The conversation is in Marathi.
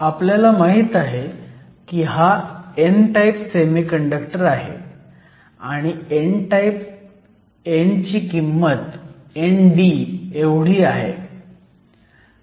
आपल्याला माहीत आहे की हा n टाईप सेमीकंडक्टर आहे आणि n ची किंमत ND एवढी आहे